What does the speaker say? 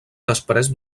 després